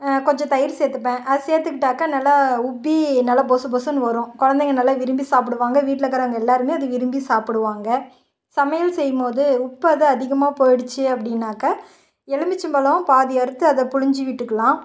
கொஞ்சம் தயிர் சேர்த்துப்பேன் அதை சேர்த்துக்கிட்டாக்க நல்லா உப்பி நல்லா புசு புசுன்னு வரும் குழந்தைங்க நல்ல விரும்பி சாப்பிடுவாங்க வீட்டில் இருக்கறவங்க எல்லோருமே அதை விரும்பி சாப்பிடுவாங்க சமையல் செய்யும்போது உப்பு வந்து அதிகமாக போயிடுச்சு அப்படின்னாக்க எலுமிச்சம்பழம் பாதி அறுத்து அதை பிழிஞ்சி விட்டுக்கலாம்